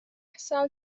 سال